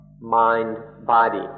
mind-body